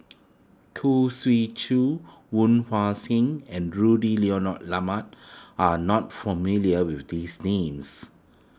Khoo Swee Chiow Woon Wah Siang and Rudy Lyonet Lama are not familiar with these names